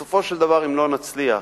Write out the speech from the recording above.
בסופו של דבר, אם לא נצליח